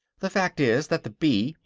the fact is that the bee,